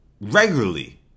regularly